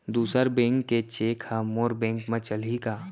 दूसर बैंक के चेक ह मोर बैंक म चलही का?